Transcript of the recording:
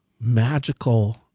magical